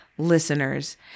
listeners